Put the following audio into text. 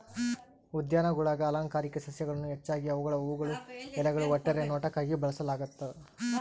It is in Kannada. ಉದ್ಯಾನಗುಳಾಗ ಅಲಂಕಾರಿಕ ಸಸ್ಯಗಳನ್ನು ಹೆಚ್ಚಾಗಿ ಅವುಗಳ ಹೂವುಗಳು ಎಲೆಗಳು ಒಟ್ಟಾರೆ ನೋಟಕ್ಕಾಗಿ ಬೆಳೆಸಲಾಗ್ತದ